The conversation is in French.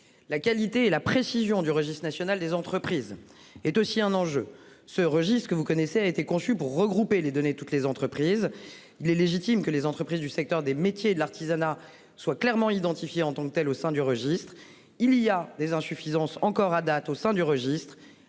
La qualité et la précision du registre national des entreprises sont aussi un enjeu. Ce registre, que vous connaissez, a été conçu pour regrouper les données de toutes les entreprises. Il est légitime que les entreprises du secteur des métiers et de l'artisanat soient clairement identifiées en tant que telles au sein du registre. Des insuffisances demeurent encore